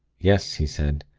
yes, he said.